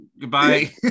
goodbye